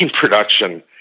production